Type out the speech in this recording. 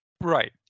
Right